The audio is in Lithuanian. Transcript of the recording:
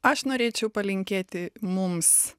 aš norėčiau palinkėti mums